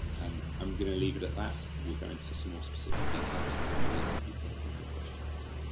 um i am going to leave it at that, we'll go into some more specific details and i know, linda, you have got a couple of questions too.